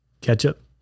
ketchup